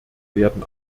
werden